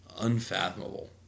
unfathomable